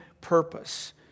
purpose